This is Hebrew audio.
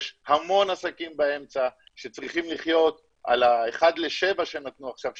יש המון עסקים באמצע שצריכים לחיות על האחד לשבע שנתנו עכשיו,